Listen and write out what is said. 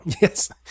Yes